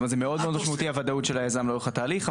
זה מאוד משמעותי הוודאות של היזם לאורך התהליך,